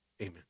Amen